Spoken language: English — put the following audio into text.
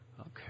Okay